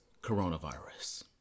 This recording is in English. coronavirus